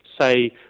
say